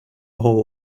hall